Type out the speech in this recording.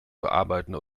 bearbeiten